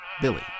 Billy